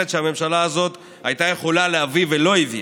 שהממשלה הזאת הייתה יכולה להביא ולא הביאה.